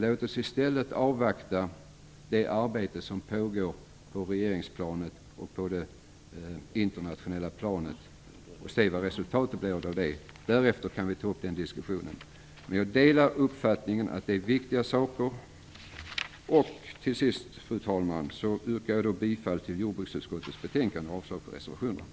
Låt oss i stället avvakta det arbete som pågår på regeringsplanet och på det internationella planet. Låt oss se vad resultatet blir. Därefter kan vi ta upp diskussionen. Jag delar dock uppfattningen att det är viktiga saker. Till sist, fru talman, yrkar jag bifall till hemställan i jordbruksutskottets betänkande och avslag på reservationerna.